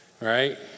right